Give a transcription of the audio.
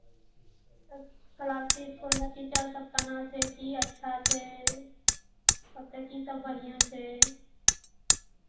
तऽ कलावती इसकुलमे टीचरसभ केना छै की अच्छा छै ओतय कीसभ बढ़िआँ छै